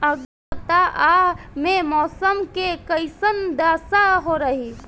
अलगे सपतआह में मौसम के कइसन दशा रही?